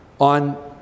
On